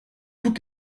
tout